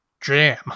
Jam